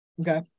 Okay